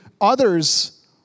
others